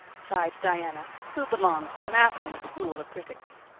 sighed diana, who belonged to matthew's school of critics.